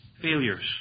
failures